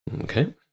Okay